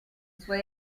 suoi